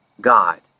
God